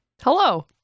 Hello